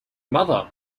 mother